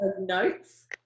notes